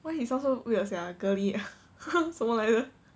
why he sound so weird sia girly ah 呵呵什么来的